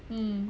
mm